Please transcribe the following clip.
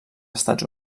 estats